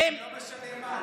לא משנה מה,